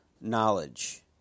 knowledge